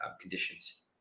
conditions